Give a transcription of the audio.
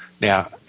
Now